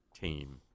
team